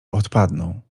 odpadną